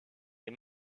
les